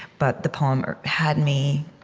but the poem had me